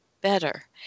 better